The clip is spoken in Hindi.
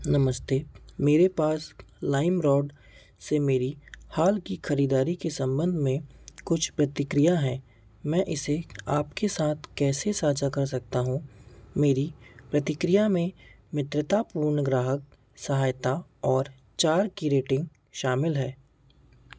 नमस्ते मेरे पास लाइमरोड से मेरी हाल की खरीदारी के सम्बन्ध में कुछ प्रतिक्रिया है मैं इसे आपके साथ कैसे साझा कर सकता हूँ मेरी प्रतिक्रिया में मित्रतापूर्ण ग्राहक सहायता और चार की रेटिन्ग शामिल है